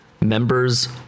members